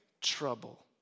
trouble